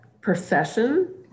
profession